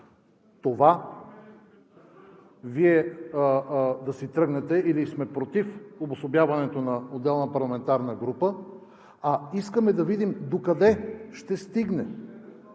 искаме Вие да си тръгнете или сме против обособяването на отделна парламентарна група, а искаме да видим докъде ще стигне